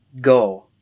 go